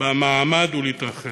במעמד ובמתרחש.